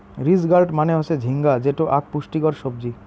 ridge gourd মানে হসে ঝিঙ্গা যেটো আক পুষ্টিকর সবজি